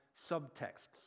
subtexts